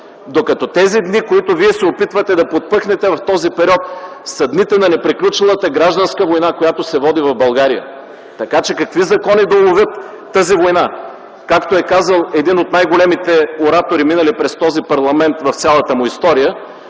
Докато тези дни, които вие се опитвате да подпъхнете в този период, са дните на неприключилата гражданска война, която се води в България. Така че, какви закони да уловят тази война? Георги Кирков - един от най-големите оратори, минали през този парламент в цялата му история,